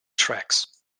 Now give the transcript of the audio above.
tracks